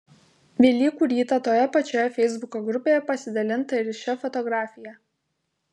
velykų rytą toje pačioje feisbuko grupėje pasidalinta ir šia fotografija